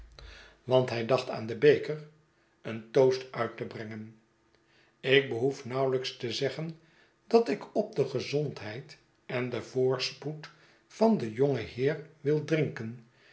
aan jen beker een toast uit te brengen ik behoef nauwelijks te zeggen dat ik op degezondheid en den voorspoed van den jongen heer wil drinken